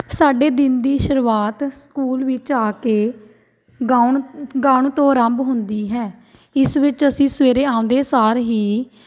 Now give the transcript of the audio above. ਸਾਡੇ ਦਿਨ ਦੀ ਸ਼ੁਰੂਆਤ ਸਕੂਲ ਵਿੱਚ ਆ ਕੇ ਗਾਉਣ ਗਾਉਣ ਤੋਂ ਆਰੰਭ ਹੁੰਦੀ ਹੈ ਇਸ ਵਿੱਚ ਅਸੀਂ ਸਵੇਰੇ ਆਉਂਦੇ ਸਾਰ ਹੀ